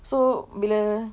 so bila